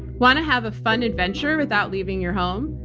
want to have a fun adventure without leaving your home?